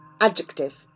Adjective